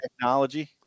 technology